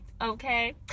okay